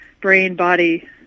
brain-body